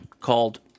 called